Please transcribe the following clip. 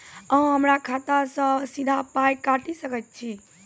अहॉ हमरा खाता सअ सीधा पाय काटि सकैत छी?